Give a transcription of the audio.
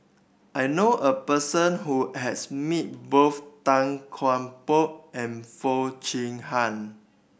I knew a person who has met both Tan Kian Por and Foo Chee Han